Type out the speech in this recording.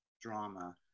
drama